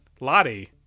Lottie